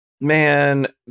Man